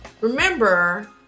remember